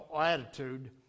attitude